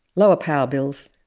lower power bills,